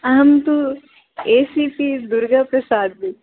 अहं तु A C P Durgaprasad